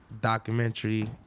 documentary